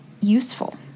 useful